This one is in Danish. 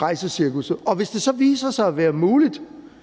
rejsecirkusset? Og hvis det viser sig at være muligt,